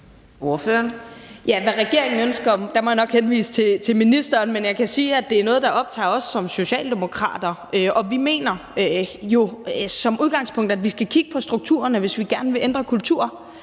hvad regeringen ønsker, må jeg nok henvise til ministeren. Men jeg kan sige, at det er noget, der optager os som socialdemokrater, og vi mener som udgangspunkt, at vi skal kigge på strukturerne, hvis vi gerne vil ændre kulturen.